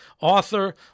author